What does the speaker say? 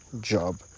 job